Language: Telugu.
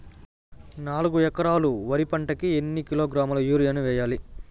నాలుగు ఎకరాలు వరి పంటకి ఎన్ని కిలోగ్రాముల యూరియ వేయాలి?